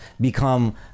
become